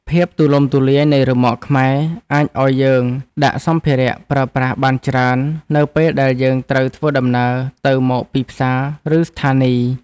ភាពទូលំទូលាយនៃរ៉ឺម៉កខ្មែរអាចឱ្យយើងដាក់សម្ភារៈប្រើប្រាស់បានច្រើននៅពេលដែលយើងត្រូវធ្វើដំណើរទៅមកពីផ្សារឬស្ថានីយ។